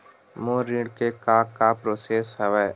मोर ऋण के का का प्रोसेस हवय?